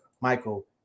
Michael